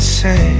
say